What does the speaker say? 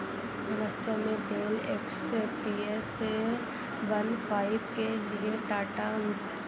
नमस्ते मैं केवल एक्स पी एस से वन फाइव के लिए टाटा